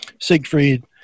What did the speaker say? Siegfried